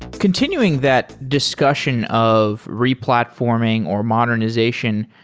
continuing that discussion of replatforming or modernization,